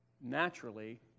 naturally